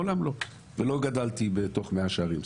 ולא גדלתי בתוך מאה שערים.